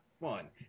fun